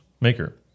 Maker